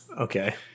Okay